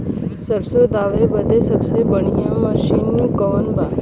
सरसों दावे बदे सबसे बढ़ियां मसिन कवन बा?